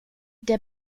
der